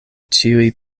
ĉiuj